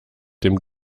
dem